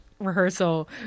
rehearsal